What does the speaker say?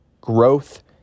Growth